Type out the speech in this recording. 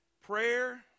Prayer